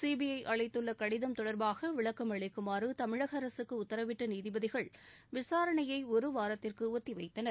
CBI அளித்துள்ள கடிதம் தொடர்பாக விளக்கம் அளிக்குமாறு தமிழக அரசுக்கு உத்தரவிட்ட நீதிபதிகள் விசாரணையை ஒரு வாரத்திற்கு ஒத்திவைத்தனர்